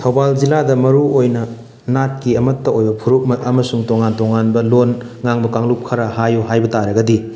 ꯊꯧꯕꯥꯜ ꯖꯤꯂꯥꯗ ꯃꯥꯔꯨ ꯑꯣꯏꯅꯥ ꯅꯥꯠꯀꯤ ꯑꯃꯇ ꯑꯣꯏꯕ ꯐꯨꯔꯨꯞ ꯑꯃꯁꯨꯡ ꯇꯣꯉꯥꯟ ꯇꯣꯉꯥꯟꯕ ꯂꯣꯟ ꯉꯥꯡꯕ ꯀꯥꯡꯂꯨꯞ ꯈꯔ ꯍꯥꯏꯌꯨ ꯍꯥꯏꯕ ꯇꯔꯒꯗꯤ